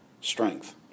strength